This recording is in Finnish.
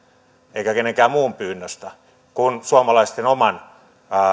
eikä kenenkään muun pyynnöstä kuin suomalaisten oman